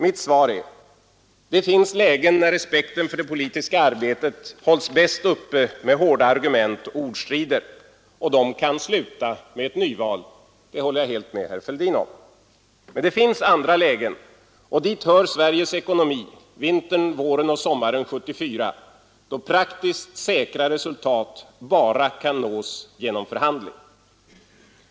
Mitt svar är: Det finns lägen när respekten för det politiska arbetet hålls bäst uppe med hårda argument och ordstrider, och dessa kan sluta med ett nyval — det håller jag helt med herr Fälldin om. Det finns andra lägen — och dit hör Sveriges ekonomi vintern, våren och sommaren 1974 — då praktiskt säkra resultat kan nås endast genom förhandling.